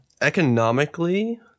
Economically